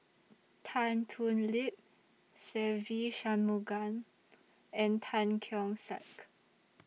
Tan Thoon Lip Se Ve Shanmugam and Tan Keong Saik